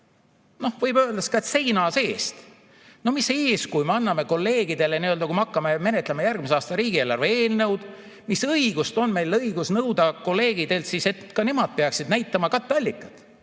võtame] seina seest. No mis eeskuju me anname kolleegidele, kui me hakkame menetlema järgmise aasta riigieelarve eelnõu? Mis õigust on meil nõuda kolleegidelt siis, et ka nemad peaksid näitama katteallikaid?